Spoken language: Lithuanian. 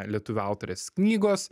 lietuvių autorės knygos